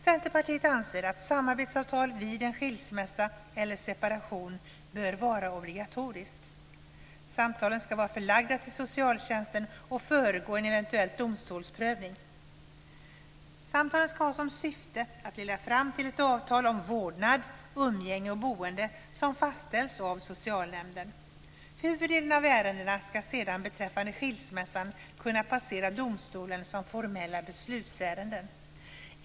Centerpartiet anser att samarbetssamtal vid en skilsmässa eller separation bör vara obligatoriskt. Samtalen ska vara förlagda till socialtjänsten och föregå en eventuell domstolsprövning. Samtalen ska ha som syfte att leda fram till ett avtal om vårdnad, umgänge och boende som fastställs av socialnämnden. Huvuddelen av ärendena beträffande skilsmässan ska sedan kunna passera domstolen som formella beslutsärenden.